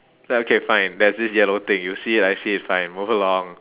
okay fine there's this yellow thing you see it I see it fine move along